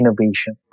innovation